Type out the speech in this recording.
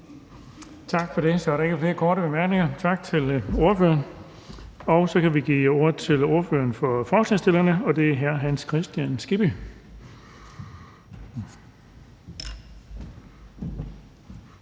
Tak for det. Så er der ikke flere korte bemærkninger, så tak til ordføreren. Og så kan vi give ordet til ordføreren for forslagsstillerne, og det er hr. Hans Kristian Skibby.